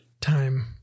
time